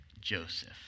Joseph